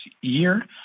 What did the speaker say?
year